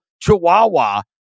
chihuahua